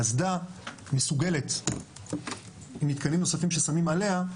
האסדה מסוגלת עם מתקנים נוספים ששמים עליה,